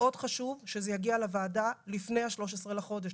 מאוד חשוב שזה יגיע לוועדה לפני ה-13 לחודש,